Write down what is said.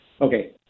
Okay